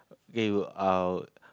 then go out